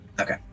okay